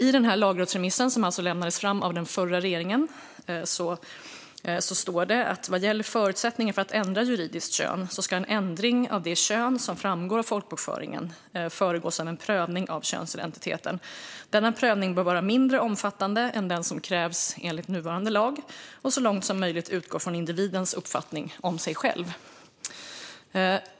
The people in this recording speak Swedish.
I den lagrådsremiss som den förra regeringen lade fram står det, vad gäller förutsättningarna för att ändra juridiskt kön, att en ändring av det kön som framgår av folkbokföringen bör föregås av en prövning av könsidentiteten och att denna prövning bör vara mindre omfattande än den som krävs enligt nuvarande lag och så långt som möjligt utgå från individens uppfattning om sig själv.